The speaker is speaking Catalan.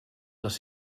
les